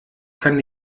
kann